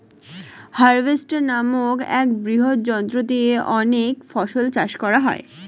harvester নামক এক বৃহৎ যন্ত্র দিয়ে অনেক ফসল চাষ করা যায়